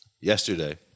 Yesterday